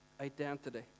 identity